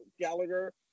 Gallagher